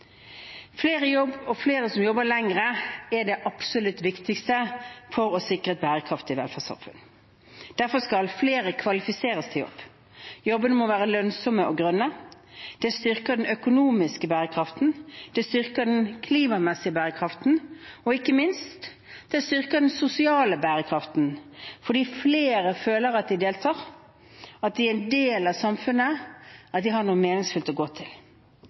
Flere i jobb og flere som jobber lenger, er det absolutt viktigste for å sikre et bærekraftig velferdssamfunn. Derfor skal flere kvalifiseres til jobb. Jobbene må være lønnsomme og grønne. Det styrker den økonomiske bærekraften, det styrker den klimamessige bærekraften, og det styrker ikke minst den sosiale bærekraften, fordi flere føler at de deltar, at de er en del av samfunnet, at de har noe meningsfylt å gå til.